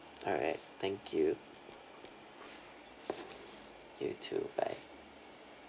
alright thank you you too bye